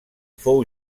fou